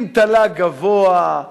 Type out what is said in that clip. עם תל"ג גבוה,